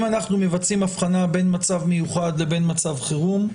אם אנחנו מבצעים הבחנה בין מצב מיוחד לבין מצב חירום,